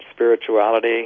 spirituality